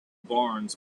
barns